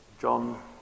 John